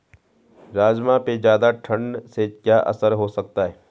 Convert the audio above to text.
राजमा पे ज़्यादा ठण्ड से क्या असर हो सकता है?